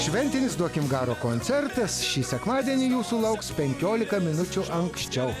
šventinis duokim garo koncertas šį sekmadienį jūsų lauks penkiolika minučių anksčiau